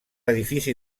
edifici